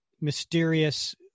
mysterious